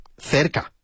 cerca